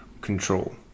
control